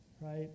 right